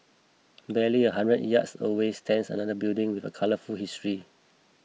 barely a hundred yards away stands another building with a colourful history